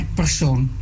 persoon